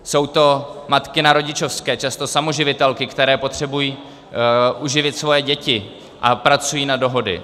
Jsou to matky na rodičovské, často samoživitelky, které potřebují uživit svoje děti a pracují na dohody.